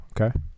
Okay